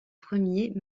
premier